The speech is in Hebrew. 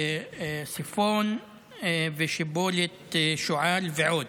שיפון, שיבולת שועל ועוד.